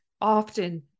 often